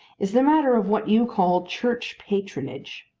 is the matter of what you call church patronage.